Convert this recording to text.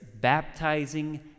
baptizing